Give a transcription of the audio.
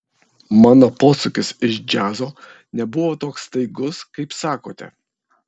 mano posūkis iš džiazo nebuvo toks staigus kaip sakote